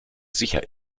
sicher